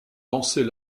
lancer